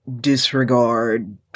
disregard